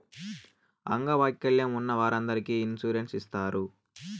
అంగవైకల్యం ఉన్న వారందరికీ ఇన్సూరెన్స్ ఇత్తారు